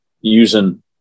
using